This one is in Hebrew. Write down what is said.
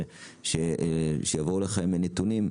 ושיבואו לכם נתונים,